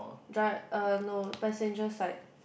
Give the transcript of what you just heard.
dri~ uh no passengers like